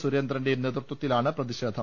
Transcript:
സുരേ ന്ദ്രന്റെയും നേതൃത്വത്തിലാണ് പ്രതിഷേധം